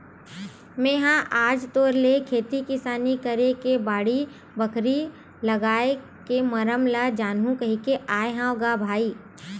मेहा आज तोर ले खेती किसानी करे के बाड़ी, बखरी लागए के मरम ल जानहूँ कहिके आय हँव ग भाई